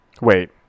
wait